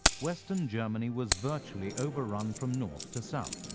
western germany was virtually overrun from north to south.